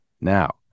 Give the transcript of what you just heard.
Now